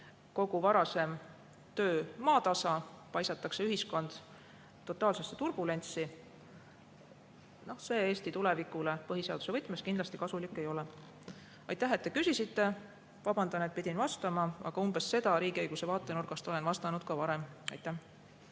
kogu varasem töö maatasa, paisatakse ühiskond totaalsesse turbulentsi, Eesti tulevikule põhiseaduse võtmes kindlasti kasulik ei ole. Aitäh, et te küsisite! Vabandan, et pidin nii vastama, aga umbes seda riigiõiguse vaatenurgast olen vastanud ka varem.